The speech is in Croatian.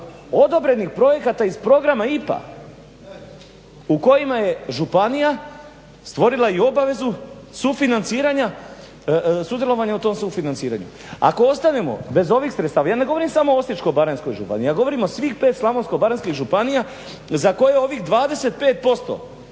odobrenih projekata iz programa IPA u kojima je županija stvorila i obavezu sufinanciranja, sudjelovanja u tom sufinanciranju. Ako ostanemo bez ovih sredstava, ja ne govorim samo o Osječko-baranjskoj županiji, ja govorim o svih 5 Slavonsko-baranjskih županija za koje ovih 25%